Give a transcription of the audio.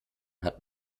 hat